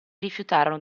rifiutarono